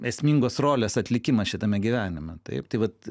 esmingos rolės atlikimą šitame gyvenime taip tai vat